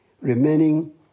remaining